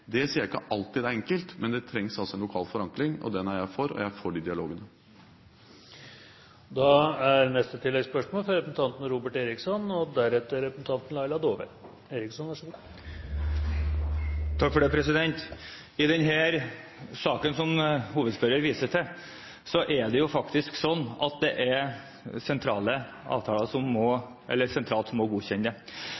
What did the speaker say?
Det sier jeg ikke at alltid er enkelt, men det trengs altså en lokal forankring, og den er jeg for, og jeg er for de dialogene. Robert Eriksson – til oppfølgingsspørsmål. I denne saken som hovedspørrer viser til, er det faktisk sånn at det må